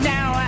Now